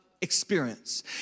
experience